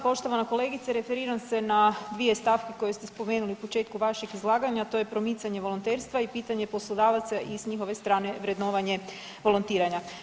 Poštovana kolegice, referiram se na dvije stavke koje ste spomenuli na početku vašeg izlaganja, a to je promicanje volonterstva i pitanje poslodavaca i s njihove strane vrednovanje volontiranja.